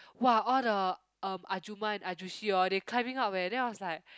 !wah! all the um ahjumma and ahjusshi all they climbing up eh then I was like